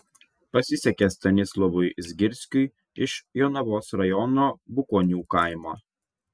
pasisekė stanislovui zgirskui iš jonavos rajono bukonių kaimo